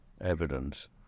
evidence